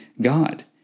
God